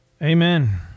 Amen